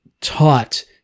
taught